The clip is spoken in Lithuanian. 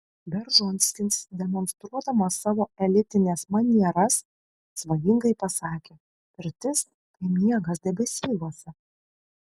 beržonskis demonstruodamas savo elitines manieras svajingai pasakė mirtis tai miegas debesyluose